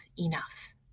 enough